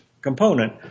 component